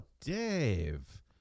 Dave